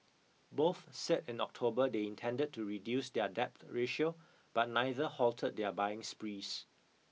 both said in October they intended to reduce their debt ratio but neither halted their buying sprees